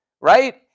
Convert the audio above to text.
right